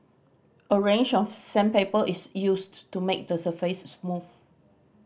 a range of sandpaper is used to make the surface smooth